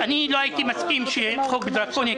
אני מקווה שהדברים יבואו לידי ביטוי כאן